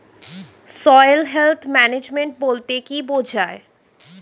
Soil health management বলতে কি বুঝায়?